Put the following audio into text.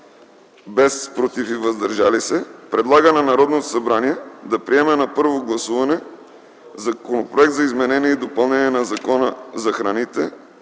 без „против” и „въздържали се” предлага на Народното събрание да приеме на първо гласуване Законопроект за допълнение на Закона за храните